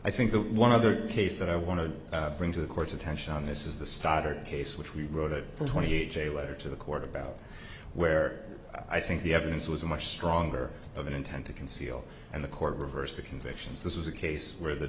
i think the one other case that i want to bring to the court's attention on this is the starter case which we wrote a twenty a j letter to the court about where i think the evidence was much stronger of an intent to conceal and the court reversed the convictions this was a case where the